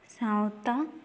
ᱥᱟᱶᱛᱟ